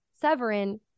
Severin